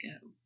go